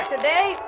Today